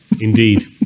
indeed